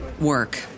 work